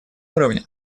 уровне